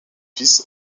fils